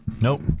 Nope